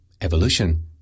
evolution